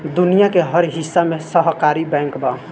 दुनिया के हर हिस्सा में सहकारी बैंक बा